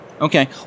okay